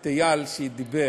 את איל שדיבר,